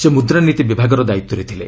ସେ ମୁଦ୍ରାନୀତି ବିଭାଗର ଦାୟିତ୍ୱରେ ଥିଲେ